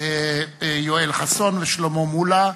יואל חסון ושלמה מולה.